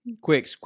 Quick